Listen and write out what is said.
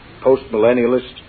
post-millennialist